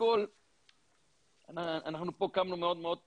כשאנחנו מעלים את זה